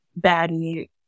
baddie